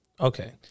Okay